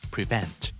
Prevent